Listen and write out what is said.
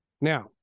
Now